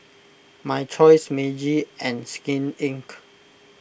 My Choice Meiji and Skin Inc